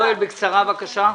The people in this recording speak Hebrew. יואל, בקצרה, בבקשה.